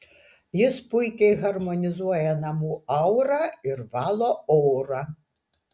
jis puikiai harmonizuoja namų aurą ir valo orą